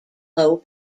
low